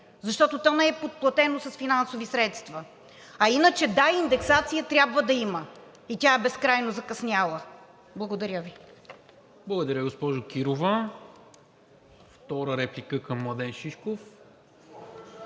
защото то не е подплатено с финансови средства. А иначе да, индексация трябва да има и тя е безкрайно закъсняла. Благодаря Ви. ПРЕДСЕДАТЕЛ НИКОЛА МИНЧЕВ: Благодаря, госпожо Кирова. Втора реплика към Младен Шишков?